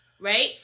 right